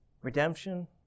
Redemption